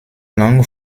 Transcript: lang